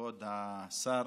כבוד השר,